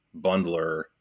Bundler